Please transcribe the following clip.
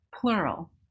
Plural